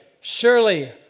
surely